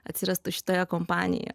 atsirastų šitoje kompanija